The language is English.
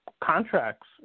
contracts